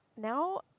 Now